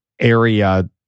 area